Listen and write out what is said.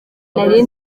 nari